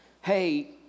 hey